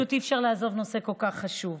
פשוט אי-אפשר לעזוב נושא כל כך חשוב.